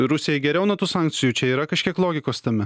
rusijai geriau nuo tų sankcijų čia yra kažkiek logikos tame